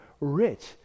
rich